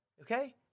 okay